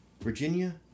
Virginia